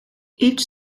each